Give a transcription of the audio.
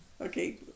Okay